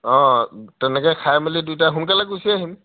অ' তেনেকৈ খাই মেলি দুইটাই সোনকালে গুচি আহিম